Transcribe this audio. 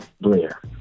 blair